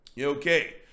Okay